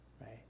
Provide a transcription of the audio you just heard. right